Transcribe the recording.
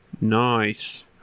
Nice